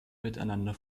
miteinander